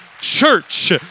church